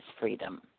freedom